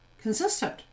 consistent